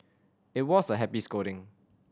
it was a happy scolding